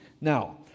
Now